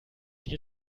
die